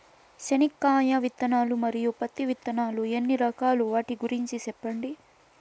చెనక్కాయ విత్తనాలు, మరియు పత్తి విత్తనాలు ఎన్ని రకాలు వాటి గురించి సెప్పండి?